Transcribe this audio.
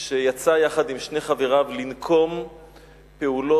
שיצא יחד עם שני חבריו לנקום פעולות